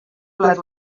plat